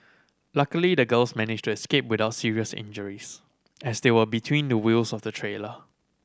luckily the girls managed to escape without serious injuries as they were between the wheels of the trailer